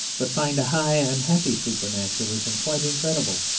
but find a high and happy supernaturalism quite incredible.